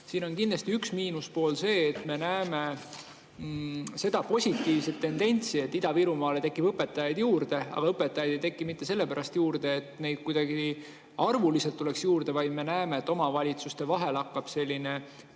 Siin on kindlasti üks miinuspool see, et me näeme küll seda positiivset tendentsi, et Ida-Virumaale tekib õpetajaid juurde, aga õpetajaid ei teki juurde mitte sellepärast, et neid kuidagi arvuliselt tuleks juurde, vaid me näeme, et omavalitsuste vahel hakkab toimuma